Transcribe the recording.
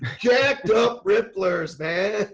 jacked up ripplers, man.